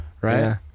right